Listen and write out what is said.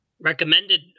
recommended